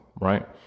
right